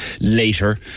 later